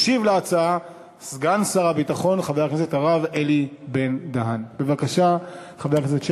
זהבה גלאון ותמר זנדברג בעניין חוק התיישנות (תיקון,